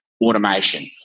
automation